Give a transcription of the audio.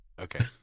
Okay